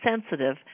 sensitive